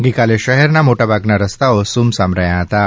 ગઇકાલે શહેરના મોટા ભાગના રસ્તાઓ સૂમસામ રહ્યાં હતાં